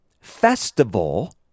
festival